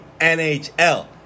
NHL